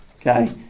Okay